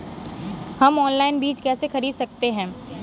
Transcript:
हम ऑनलाइन बीज कैसे खरीद सकते हैं?